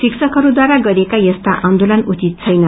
शिवकहरूद्वारा गरिएका यस्ता आन्दोलन उपित छैन